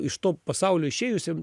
iš to pasaulio išėjusiam